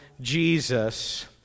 Jesus